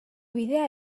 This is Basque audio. bidea